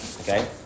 Okay